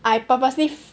I purposely